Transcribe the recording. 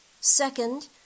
Second